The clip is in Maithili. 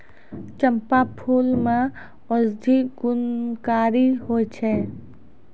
चंपा फूल मे औषधि गुणकारी होय छै